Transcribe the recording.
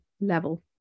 level